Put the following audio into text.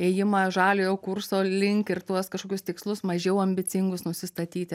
ėjimą žaliojo kurso link ir tuos kažkokius tikslus mažiau ambicingus nusistatyti